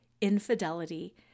Infidelity